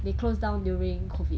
they closed down during COVID